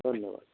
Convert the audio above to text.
ଧନ୍ୟବାଦ